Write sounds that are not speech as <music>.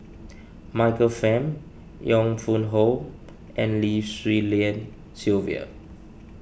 Michael Fam Yong Pung How and Lim Swee Lian Sylvia <noise>